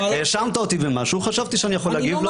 האשמת אותי במשהו, חשבתי שאני יכול להגיב, לא?